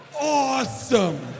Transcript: awesome